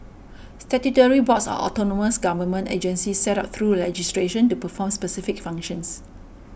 statutory boards are autonomous government agencies set up through legislation to perform specific functions